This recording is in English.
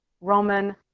Roman